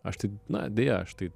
aš tai na deja aš tai